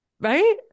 right